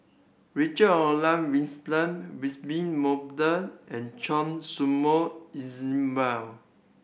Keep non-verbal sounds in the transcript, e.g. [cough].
Richard Olaf Winstedt [unintelligible] Wolter and Choy Su Moi [unintelligible]